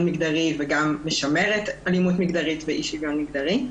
מגדרי וגם משמרת אלימות מגדרית ואי-שוויון מגדרי.